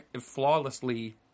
flawlessly